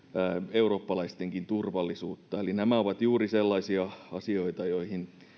eurooppalaistenkin turvallisuutta eli nämä ovat juuri sellaisia asioita joihin